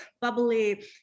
bubbly